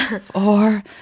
four